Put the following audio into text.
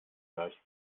gleich